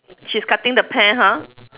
she's cutting the pear ha